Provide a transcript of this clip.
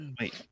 Wait